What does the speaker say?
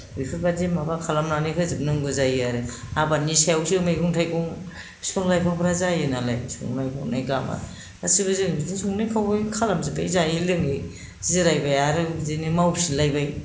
बेफोरबायदि माबा खालामनानै होजोबनांगौ जायो आरो आबादनि सायावसो मैगं थाइगं बिफां लाइफांफोरा जायो नालाय संनाय खावनाय गामा गासिबो जों बिदिनो संनाय खावनाय खालामजोब्बाय जायै लोङै जिरायबाय आरो बिदिनो मावफिनलायबाय